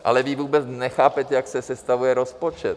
Ale vy vůbec nechápete, jak se sestavuje rozpočet.